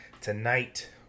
tonight